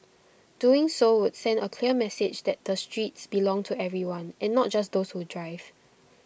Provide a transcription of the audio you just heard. doing so would send A clear message that the streets belong to everyone and not just those who drive